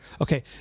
Okay